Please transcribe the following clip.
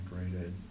integrated